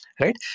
right